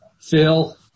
Phil